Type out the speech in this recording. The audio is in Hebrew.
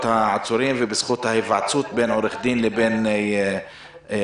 העצורים ובזכות ההיוועצות בין עורך דין לבין הלקוח.